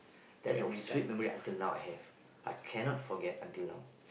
that the sweet memory until now I have I cannot forget until now